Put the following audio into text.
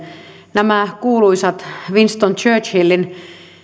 nämä kuuluisat winston churchillin